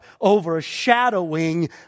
overshadowing